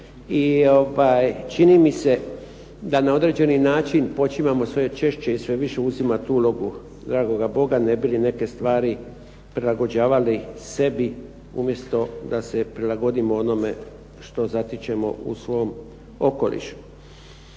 I čini mi se da na određeni način počimamo sve češće i sve više uzimati ulogu dragoga Boga ne bi li neke stvari prilagođavali sebi, umjesto da se prilagodimo onome što zatičemo u svom okolišu.